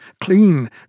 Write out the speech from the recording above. Clean